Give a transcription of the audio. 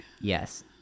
Yes